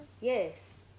yes